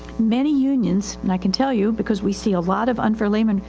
many unions, and i can tell you, because we see a lot of unfair labor, and